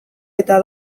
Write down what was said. eta